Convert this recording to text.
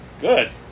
Good